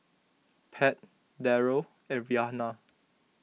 Pat Darrel and Rhianna